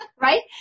Right